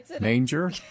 Manger